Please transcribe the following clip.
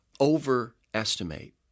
overestimate